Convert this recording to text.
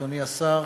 אדוני השר,